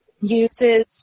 uses